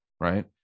right